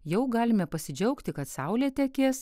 jau galime pasidžiaugti kad saulė tekės